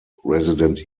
resident